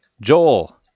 Joel